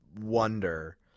wonder